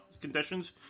conditions